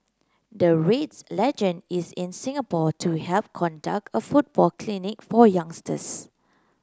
the Reds legend is in Singapore to help conduct a football clinic for youngsters